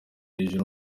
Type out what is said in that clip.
hejuru